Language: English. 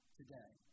today